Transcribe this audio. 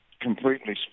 completely